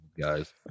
guys